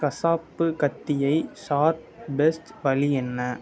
கசாப்க் கத்தியை sharp best வழி என்ன